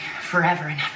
forever